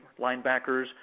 linebackers